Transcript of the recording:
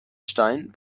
stein